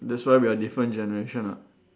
that's why we are different generation [what]